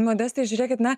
modestai žiūrėkit na